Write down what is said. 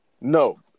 no